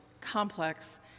complex